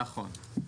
נכון.